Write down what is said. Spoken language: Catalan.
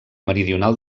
meridional